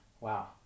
wow